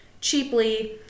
cheaply